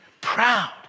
proud